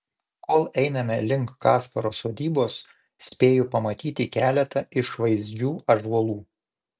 kol einame link kasparo sodybos spėju pamatyti keletą išvaizdžių ąžuolų